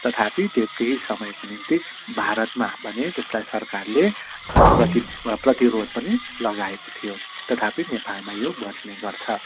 तथापि त्यो केही समयको निम्ति भारतमा भने त्यसलाई सरकारले प्रति प्रतिरोध पनि लगाएको थियो तथापि यो नेपालमा बज्ने गर्छ